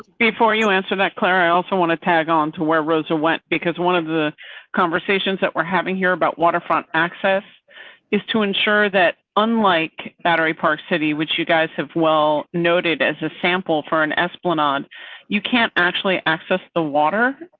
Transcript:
before you answer that clara, i also want to tag on to where rosa went because one of the conversations that we're having here about waterfront access is to ensure that unlike battery park city, which you guys have well noted as a sample for an esplanade on you can't actually access the water.